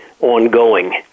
ongoing